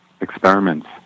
experiments